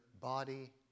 body